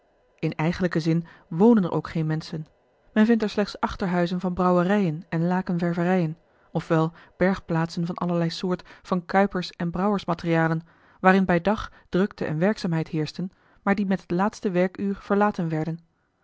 in eigenlijken zin wonen er ook geen menschen men vindt er slechts achterhuizen van brouwerijen en lakenvervenjen of wel bergplaatsen van allerlei soort van kuipers en brouwersmaterialen waarin bij dag drukte en werkzaamheid heerschten maar die met het laatste werkuur verlaten werden